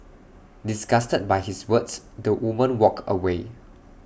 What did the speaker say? disgusted by his words the woman walked away